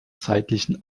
zeitlichen